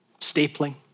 stapling